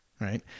right